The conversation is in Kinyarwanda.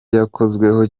yakozweho